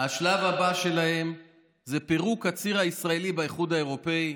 השלב הבא שלהם זה פירוק הציר הישראלי באיחוד האירופי.